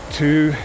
two